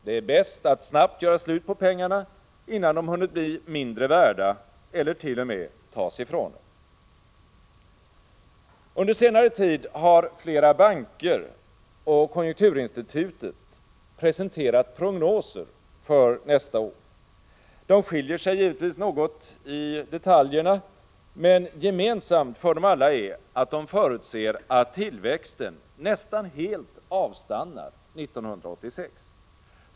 Det är bäst att snabbt göra slut på pengarna, innan de hunnit bli mindre värda eller t.o.m. tas ifrån en. Under senare tid har flera banker och konjunkturinstitutet presenterat prognoser för nästa år. De skiljer sig givetvis något i detaljerna, men gemensamt för dem alla är att de förutser att tillväxten nästan helt avstannar 1986.